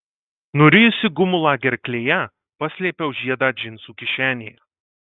nurijusi gumulą gerklėje paslėpiau žiedą džinsų kišenėje